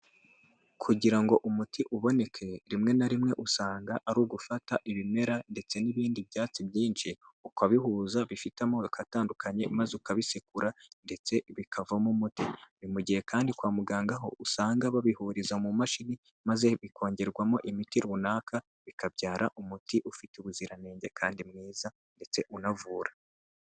kKugira ngo umuti uboneke rimwe na rimwe usanga ari ugufata ibimera ndetse n'ibindi byatsi byinshi ukabihuza bifite amoko atandukanye, maze ukabisekura ndetse bikavamo umuti, ni mu gihe kandi kwa muganga ho usanga babihuriza mu mashini maze bikongerwamo imiti runaka bikabyara umuti ufite ubuziranenge kandi mwiza ndetse unavura.